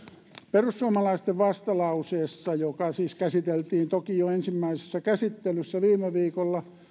perussuomalaisten vastalauseessa joka siis käsiteltiin toki jo ensimmäisessä käsittelyssä viime viikolla